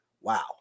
Wow